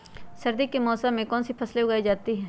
सर्दी के मौसम में कौन सी फसल उगाई जाती है?